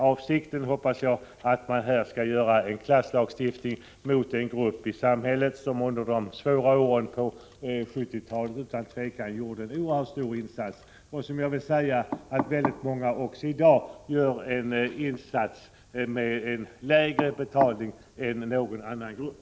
Avsikten är välinte att stifta en klasslag mot en grupp i samhället som under de svåra åren på 1970-talet utan tvivel gjorde en oerhört stor insats och där väldigt många också i dag gör en insats till lägre betalning än någon annan grupp.